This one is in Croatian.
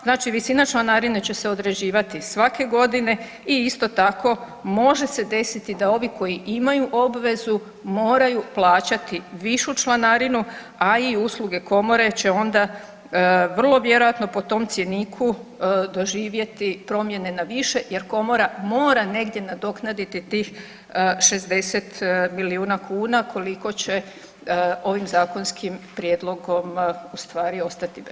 Znači visina članarine će se određivati svake godine i isto tako može se desiti da ovi koji imaju obvezu moraju plaćati višu članarinu, a i usluge Komore će onda vrlo vjerojatno po tom cjeniku doživjeti promjene na više jer Komora mora negdje nadoknaditi tih 60 milijuna kuna koliko će ovim zakonskim prijedlogom u stvari ostati bez.